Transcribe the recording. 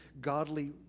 godly